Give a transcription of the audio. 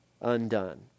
undone